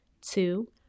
Two